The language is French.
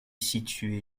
situé